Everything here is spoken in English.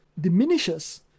diminishes